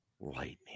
lightning